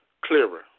clearer